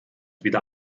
wieder